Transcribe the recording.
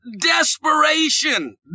desperation